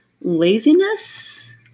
laziness